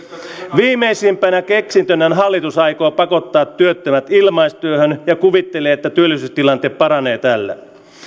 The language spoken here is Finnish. viimeisimpänä keksintönään hallitus aikoo pakottaa työttömät ilmaistyöhön ja kuvittelee että työllisyystilanne parantuu tällä